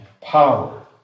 power